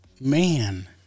Man